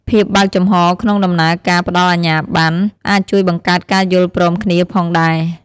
ភាពបើកចំហក្នុងដំណើរការផ្តល់អាជ្ញាបណ្ណ អាចជួយបង្កើតការយល់ព្រមគ្នាផងដែរ។